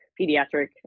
pediatric